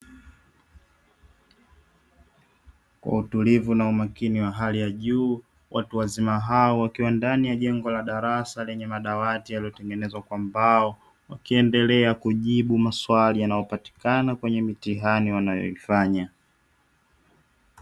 Kwa utulivu na umakini wa hali ya juu, watu wazima hao wakiwa ndani ya jengo la darasa lenye madawati yaliyotengenezwa kwa mbao, wakiendelea kujibu maswali yanayopatikana kwenye mitihani wanayoifanya.